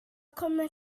kommer